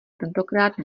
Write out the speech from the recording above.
tentokrát